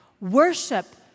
Worship